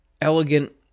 elegant